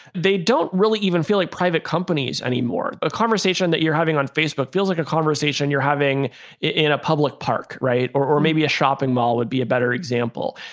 they don't really even feel like private companies anymore. a conversation that you're having on facebook feels like a conversation you're having in a public park, right? or or maybe a shopping mall would be a better example.